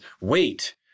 wait